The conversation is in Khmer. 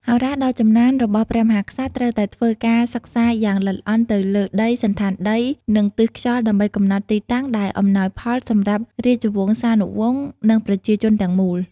ហោរាដ៏ចំណានរបស់ព្រះមហាក្សត្រត្រូវតែធ្វើការសិក្សាយ៉ាងល្អិតល្អន់ទៅលើដី សណ្ឋានដី និងទិសខ្យល់ដើម្បីកំណត់ទីតាំងដែលអំណោយផលសម្រាប់រាជវង្សានុវង្សនិងប្រជាជនទាំងមូល។